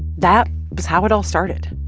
that was how it all started.